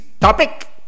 topic